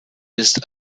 ist